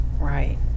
Right